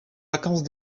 vacances